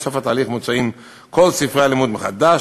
בסוף התהליך מוצאים כל ספרי הלימוד מחדש,